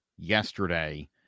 yesterday